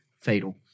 fatal